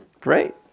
Great